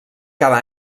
cada